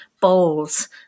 bowls